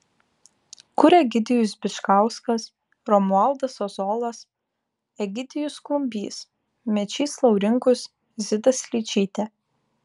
kur egidijus bičkauskas romualdas ozolas egidijus klumbys mečys laurinkus zita šličytė